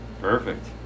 Perfect